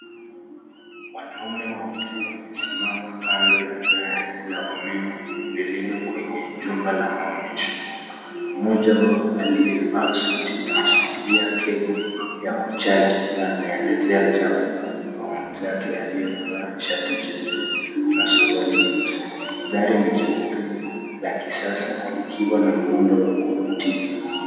Wanaume wawili wamesimama kando ya gari la umeme lililo kwenye jumba la maonyesho. Mmoja wao aliyevaa suti anashikilia kebo ya kuchaji na anaelezea jambo kwa mwenzake aliyevaa shati jeupe na suruali nyeusi. Gari ni jeupe la kisasa likiwa na muundo wa kuvutia.